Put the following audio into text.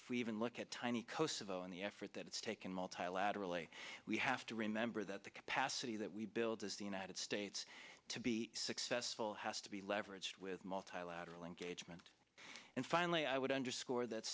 if we even look at tiny kosovo in the that it's taken multilaterally we have to remember that the capacity that we build as the united states to be successful has to be leveraged with multilateral engagement and finally i would underscore that